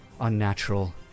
unnatural